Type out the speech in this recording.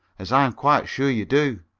as i'm quite sure you do.